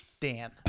Dan